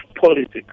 politics